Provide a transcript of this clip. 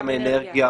גם אנרגיה,